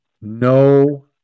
No